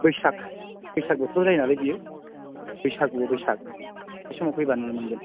बैसाग बैसाग बोथोराव जायो नालाय बेयो बैसागु बैसाग बे समाव फैब्ला नुनो मोनगोन